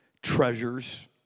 treasures